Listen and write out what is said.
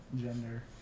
gender